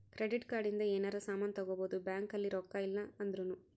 credit card ಇಂದ ಯೆನರ ಸಾಮನ್ ತಗೊಬೊದು ಬ್ಯಾಂಕ್ ಅಲ್ಲಿ ರೊಕ್ಕ ಇಲ್ಲ ಅಂದೃನು